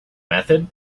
method